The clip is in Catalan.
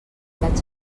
vaig